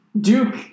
Duke